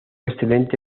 excelente